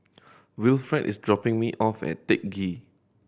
Wilfred is dropping me off at Teck Ghee